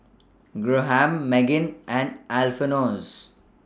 Graham Meggan and Alfonse